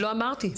לא אמרתי שלא.